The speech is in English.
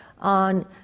on